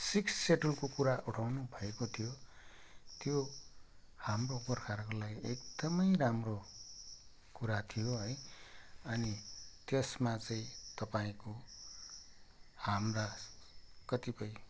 six सेड्युलको कुरा उठाउनु भएको थियो त्यो हाम्रो गोर्खाहरूको लागि एकदमै राम्रो कुरा थियो है अनि त्यसमा चाहिँ तपाईँको हाम्रा कतिपय